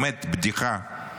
באמת, בדיחה.